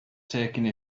taking